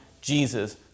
Jesus